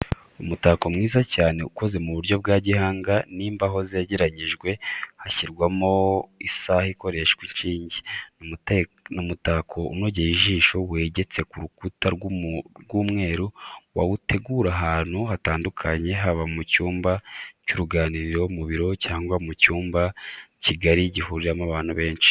Umutako mwiza cyane ukoze mu buryo bwa gihanga ni imbaho zegeranyijwe, hashyirwamo isaha ikoresha inshinge, ni umutako unogeye ijisho wegetse ku rukuta rw'umweru wawutegura ahantu hatandukanye haba mu cyumba cy'uruganiriro, mu biro, cyangwa mu cyumba kigari gihuriramo abantu benshi.